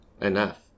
enough